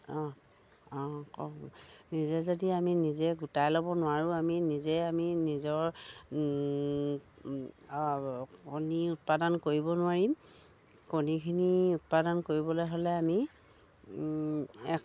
অঁ অঁ কওঁ নিজে যদি আমি নিজে গোটাই ল'ব নোৱাৰোঁ আমি নিজে আমি নিজৰ কণী উৎপাদন কৰিব নোৱাৰিম কণীখিনি উৎপাদন কৰিবলৈ হ'লে আমি এক